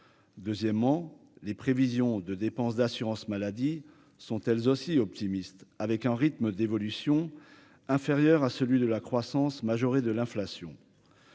deuxièmement, les prévisions de dépenses d'assurance-maladie, sont elles aussi optimiste avec un rythme d'évolution inférieur à celui de la croissance majoré de l'inflation.